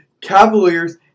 Cavaliers